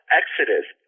exodus